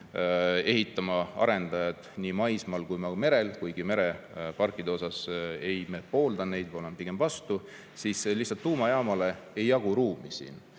ehitama arendajad nii maismaal kui ka merel – kuigi mereparke mina ei poolda, olen pigem vastu –, siis lihtsalt tuumajaamale ei jagu ruumi siin.